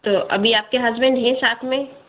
तो अभी आपके हस्बैंड हैं साथ में